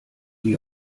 die